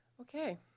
Okay